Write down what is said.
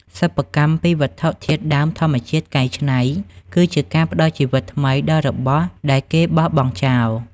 សិប្បកម្មពីវត្ថុធាតុដើមធម្មជាតិកែច្នៃ គឺជាការផ្តល់ជីវិតថ្មីដល់របស់ដែលគេបោះបង់ចោល។